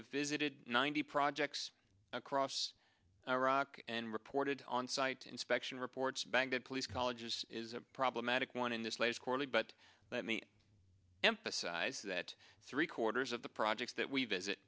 have visited ninety projects across iraq and reported on site inspection reports baghdad police colleges is a problematic one in this last quarter but let me emphasize that three quarters of the projects that we visit